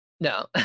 No